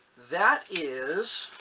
that is